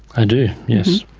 i do, yes.